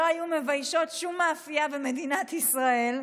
שלא היו מביישות שום מאפייה במדינת ישראל.